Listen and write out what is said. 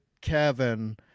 Kevin